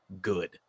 good